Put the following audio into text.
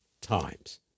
times